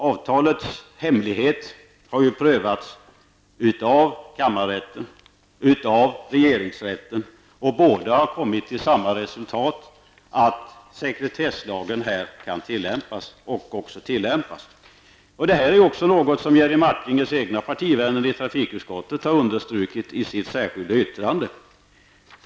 Avtalets hemlighet har ju prövats av kammarrätten och av regeringsrätten. De har båda kommit till samma resultat, att sekretesslagen här kan tillämpas och skall tillämpas. Detta är ju också något som Jerry Martingers egna partivänner i trafikutskottet har understryket i sitt särskilda yttrande.